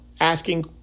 asking